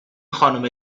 خانم